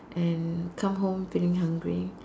and come home feeling hungry